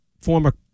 former